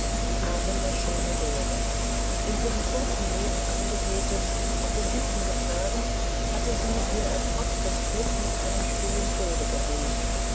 arme schöne dore in ihrem kurzen leben angebetet auf den händen getragen hatte sie ihr ertrotztes glück mit einem frühen tode gebüßt